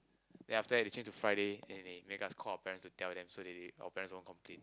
then after that they changed to Friday then they make us call our parents to tell them so they they our parents won't complain